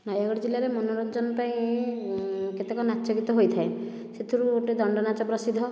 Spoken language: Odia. ନୟାଗଡ଼ ଜିଲ୍ଲାରେ ମନୋରଞ୍ଜନ ପାଇଁ କେତେକ ନାଚ ଗୀତ ହୋଇଥାଏ ସେଥିରୁ ଗୋଟିଏ ଦଣ୍ଡନାଚ ପ୍ରସିଦ୍ଧ